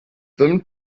them